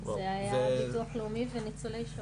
זה היה הביטוח לאומי וניצולי שואה.